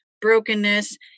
brokenness